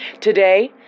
Today